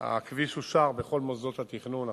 הכביש אושר בכל מוסדות התכנון,